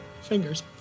Fingers